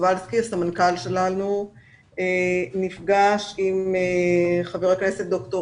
הסמנכ"ל שלנו רונן קובלסקי נפגש עם חבר הכנסת דוקטור